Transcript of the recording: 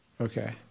Okay